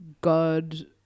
God